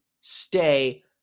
stay